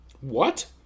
What